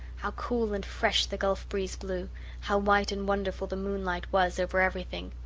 how cool and fresh the gulf breeze blew how white and wonderful the moonlight was over everything!